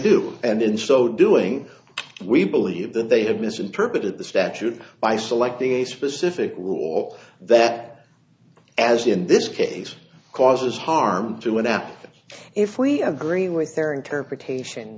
do and in so doing we believe that they have misinterpreted the statute by selecting a specific rule that as in this case causes harm to what happens if we agree with their interpretation